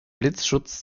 blitzschutz